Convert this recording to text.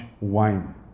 wine